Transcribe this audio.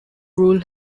rule